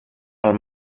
pel